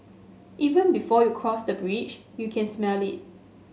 even before you cross the bridge you can smell it